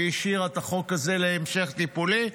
היא השאירה את החוק הזה להמשך טיפולי.